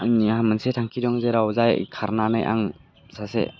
आंनिया मोनसे थांखि दं जेराव जाय खारनानै आं सासे